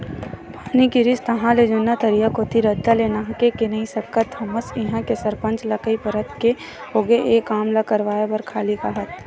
पानी गिरिस ताहले जुन्ना तरिया कोती रद्दा ले नाहके नइ सकस हमर इहां के सरपंच ल कई परत के होगे ए काम ल करवाय बर खाली काहत